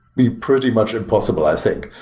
be pretty much impossible, i think.